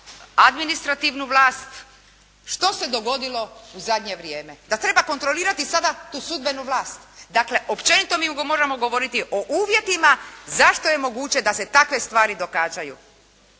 administrativnu vlast, što se dogodilo u zadnje vrijeme? Zar treba kontrolirati sada tu sudbenu vlast? Dakle općenito mi moramo govoriti o uvjetima zašto je moguće da se takve stvari događaju.